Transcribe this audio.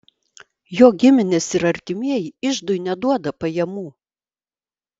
jo giminės ir artimieji iždui neduoda pajamų